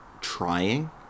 trying